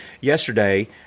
yesterday